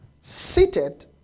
Seated